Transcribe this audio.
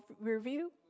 Review